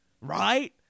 Right